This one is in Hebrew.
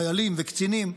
חיילים וקצינים.